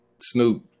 Snoop